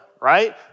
right